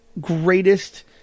greatest